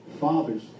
fathers